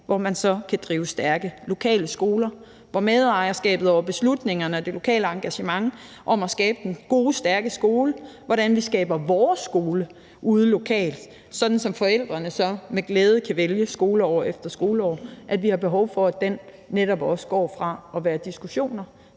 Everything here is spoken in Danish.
hvor man så kan drive stærke lokale skoler, hvor medejerskabet over beslutningerne og det lokale engagement om at skabe den gode, stærke skole er – hvordan vi skaber vores skole ude lokalt – som forældrene så med glæde skoleår efter skoleår kan vælge. Vi har behov for, at det netop går fra at være diskussioner